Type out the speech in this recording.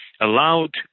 allowed